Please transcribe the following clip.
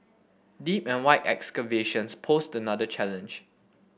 deep and wide excavations posed another challenge